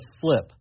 flip